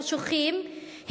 חשוכים,